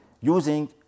using